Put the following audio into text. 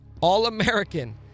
All-American